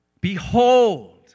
Behold